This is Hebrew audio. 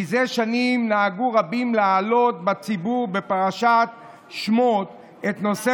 מזה שנים נהגו רבים להעלות בציבור בפרשת שמות את נושא